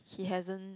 he hasn't